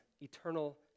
eternal